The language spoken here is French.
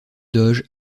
doge